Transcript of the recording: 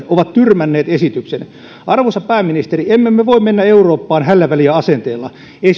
ovat tyrmänneet esityksen arvoisa pääministeri emme me voi mennä eurooppaan hällä väliä asenteella ei